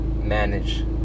manage